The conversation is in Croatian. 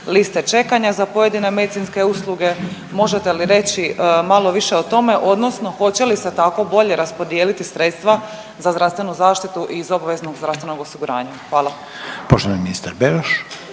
liste čekanja za pojedine medicinske usluge. Možete li reći malo više o tome odnosno hoće li se tako bolje raspodijeliti sredstva za zdravstvenu zaštitu iz obveznog zdravstvenog osiguranja? Hvala.